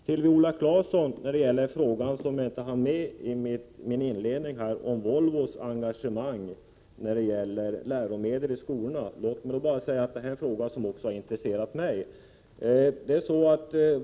Till Viola Claesson beträffande den fråga som jag inte hann med i mitt inledningsanförande, om Volvos engagemang i fråga om läromedel i skolorna: Den frågan har också intresserat mig.